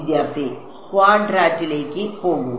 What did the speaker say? വിദ്യാർത്ഥി ക്വാഡ്രാറ്റിക്കിലേക്ക് പോകുക